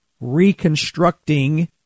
reconstructing